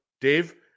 Dave